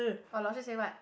Aloysius say what